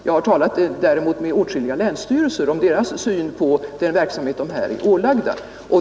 Jag har däremot talat med åtskilliga länsstyrelser om deras syn på den verksamhet de här är ålagda.